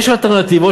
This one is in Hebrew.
יש אלטרנטיבות,